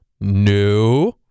No